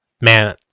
man